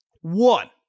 One